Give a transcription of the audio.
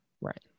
right